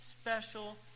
special